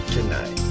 Tonight